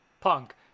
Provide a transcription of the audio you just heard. Punk